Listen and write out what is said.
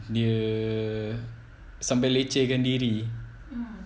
dia sampai lecehkan diri